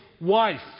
wife